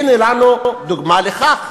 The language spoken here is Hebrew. והנה לנו דוגמה לכך.